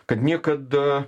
kad niekad